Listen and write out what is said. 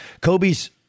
Kobe's